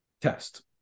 test